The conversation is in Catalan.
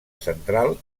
central